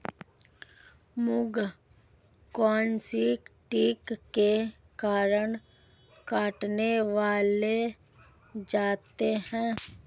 मूंग कौनसे कीट के कारण कटने लग जाते हैं?